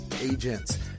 agents